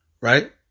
Right